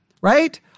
right